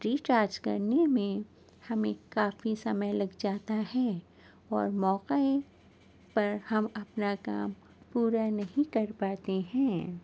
recharge کرنے میں ہمیں کافی سمے لگ جاتا ہے اور موقعے پر ہم اپنا کام پورا نہیں کر پاتے ہیں